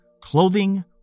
clothing